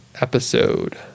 episode